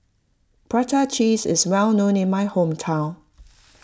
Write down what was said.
Prata Cheese is well known in my hometown